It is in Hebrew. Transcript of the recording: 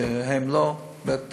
שהם לא בית חולים.